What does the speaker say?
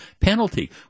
penalty